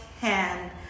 hand